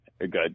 good